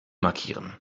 markieren